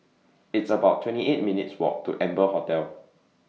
It's about twenty eight minutes' Walk to Amber Hotel